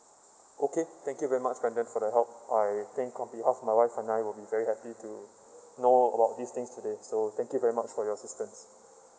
okay thank you very much brandon for the help I think on behalf my wife and I will be very happy to know about these things today so thank you very much for your assistance